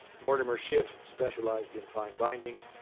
mortimer schiff specialized in fine binding,